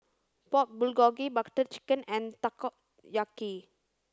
Pork Bulgogi Butter Chicken and Takoyaki